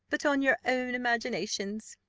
but on your own imaginations.